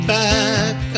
back